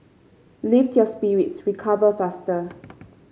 lift your spirits recover faster